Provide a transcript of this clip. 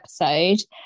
episode